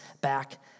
back